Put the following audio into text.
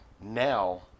now